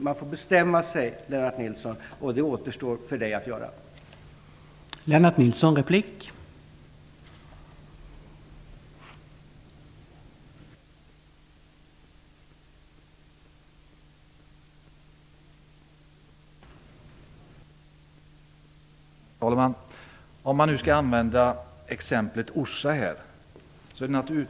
Man får bestämma sig, och det återstår för Lennart Nilsson att göra.